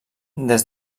des